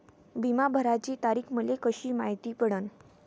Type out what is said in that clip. बिमा भराची तारीख मले कशी मायती पडन?